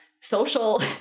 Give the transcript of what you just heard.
social